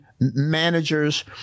managers